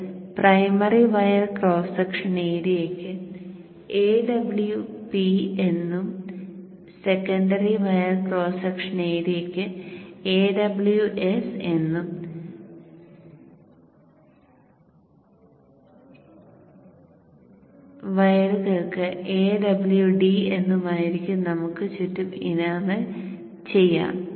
ഇത് primary wire cross section ഏരിയയ്ക്ക് Awp എന്നും സെക്കൻഡറി വയർ ക്രോസ് സെക്ഷൻ ഏരിയക്ക് Aws എന്നും വയറുകൾക്ക് Awd എന്നുമായിരിക്കും നമുക്ക് ചുറ്റും ഇനാമൽ ചെയ്യാം